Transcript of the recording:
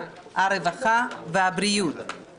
ולכן מצאתי לנכון להגיד לכם כמה מילים.